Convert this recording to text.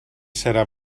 serà